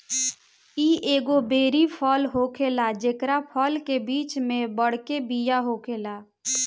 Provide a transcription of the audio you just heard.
इ एगो बेरी फल होखेला जेकरा फल के बीच में बड़के बिया होखेला